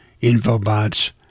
infobots